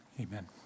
Amen